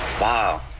Wow